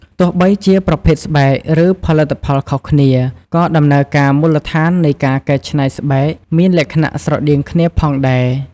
ទោះបីជាប្រភេទស្បែក ឬផលិតផលខុសគ្នា ក៏ដំណើរការមូលដ្ឋាននៃការកែច្នៃស្បែកមានលក្ខណៈស្រដៀងគ្នាផងដែរ។